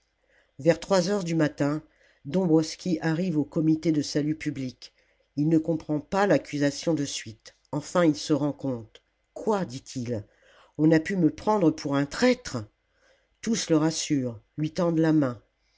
vers trois heures du matin dombwroski arrive au comité de salut public il ne comprend pas l'accusation de suite enfin il se rend compte quoi dit-il on a pu me prendre pour un traître tous le rassurent lui tendent la main